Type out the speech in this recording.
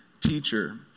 teacher